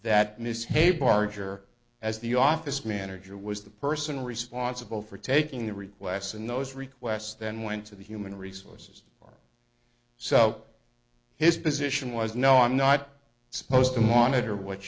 ms hey barger as the office manager was the person responsible for taking the requests and those requests then went to the human resources or so his position was no i'm not supposed to monitor what